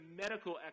medical